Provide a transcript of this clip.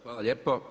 Hvala lijepo.